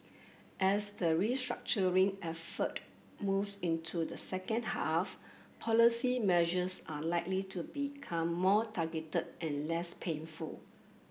as the restructuring effort moves into the second half policy measures are likely to become more targeted and less painful